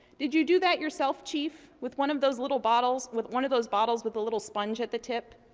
did you do that yourself, chief, with one of those little bottles, with one of those bottles with the little sponge at the tip?